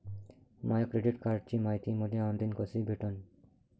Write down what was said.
माया credit कार्डची मायती मले ऑनलाईन कसी भेटन?